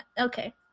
okay